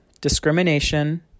discrimination